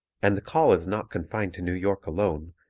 and the call is not confined to new york alone,